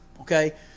okay